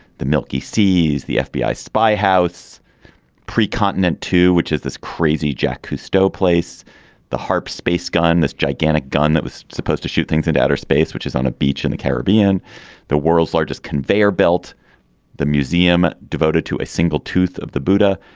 the milky seas the fbi spy house pre continent to which is this crazy jacques cousteau place the harp space gone this gigantic gun that was supposed to shoot things into outer space which is on a beach in the caribbean the world's largest conveyor belt the museum devoted to a single tooth of the buddha.